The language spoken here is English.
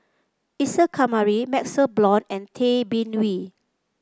Isa Kamari MaxLe Blond and Tay Bin Wee